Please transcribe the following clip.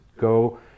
go